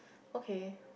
okay